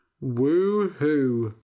Woo-hoo